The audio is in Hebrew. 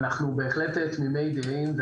אנחנו בהחלט תמימי דעים.